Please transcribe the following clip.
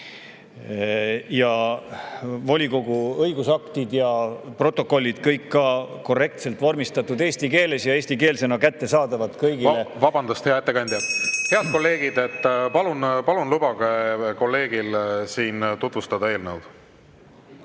volikogu õigusaktid ja protokollid oleksid ka korrektselt vormistatud eesti keeles ja eestikeelsena kättesaadavad kõigile. Vabandust, hea ettekandja! Head kolleegid, palun lubage kolleegil eelnõu tutvustada. Palun,